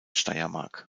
steiermark